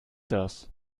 das